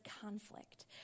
conflict